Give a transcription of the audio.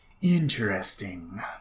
Interesting